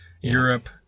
Europe